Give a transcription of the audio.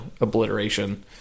obliteration